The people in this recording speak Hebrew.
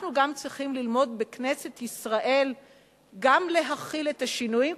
אנחנו בכנסת ישראל צריכים ללמוד גם להכיל את השינויים,